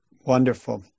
Wonderful